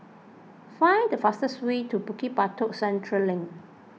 find the fastest way to Bukit Batok Central Link